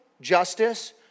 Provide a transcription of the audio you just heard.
justice